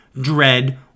dread